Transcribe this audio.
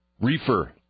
reefer